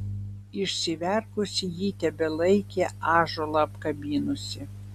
išsiverkusi ji tebelaikė ąžuolą apkabinusi